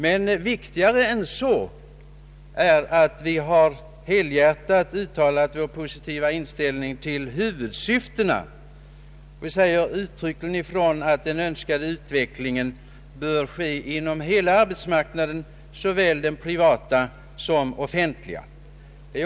Men viktigare än så är att vi helhjärtat har uttalat vår positiva inställning till huvudsyftet. Vi säger uttryckligen ifrån att den önskade utvecklingen bör ske inom hela arbetsmarknaden, såväl den privata som den offentliga.